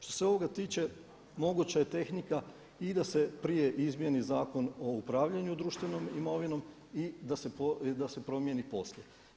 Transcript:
Što se ovoga tiče, moguća je tehnika i da se prije izmijeni Zakon o upravljanju društvenom imovinom i da se promijeni poslije.